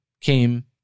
came